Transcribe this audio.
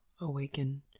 awaken